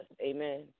Amen